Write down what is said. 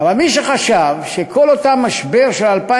אבל מי שחשב שכל אותו משבר של 2008,